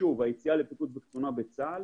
היציאה לפיקוד וקצונה בצה"ל